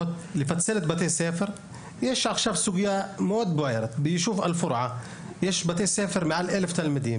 מעל 18 בתי ספר עם מעל 800 תלמידים; ו-60 בתי ספר עם מעל 550 תלמידים.